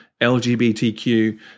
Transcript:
LGBTQ